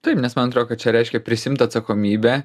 taip nes man atrodo kad čia reiškia prisiimt atsakomybę